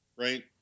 Right